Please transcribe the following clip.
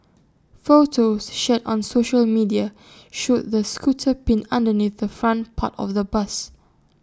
photos shared on social media showed the scooter pinned underneath the front part of the bus